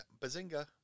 Bazinga